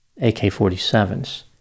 AK-47s